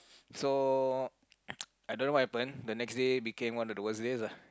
so I don't know what happen the next day became one of the worst days ah